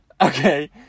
Okay